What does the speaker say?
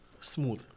Smooth